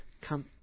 come